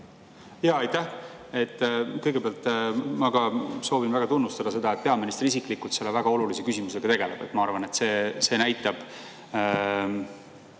Aitäh! Kõigepealt ma ka soovin väga tunnustada seda, et peaminister isiklikult selle väga olulise küsimusega tegeleb. Ma arvan, et see näitab